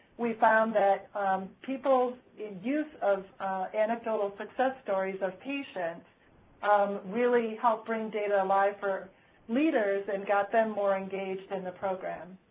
we found that people use of anecdotal success stories of patients um really helped bring data alive for leaders and got them more engaged in the programs,